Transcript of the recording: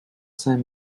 cinq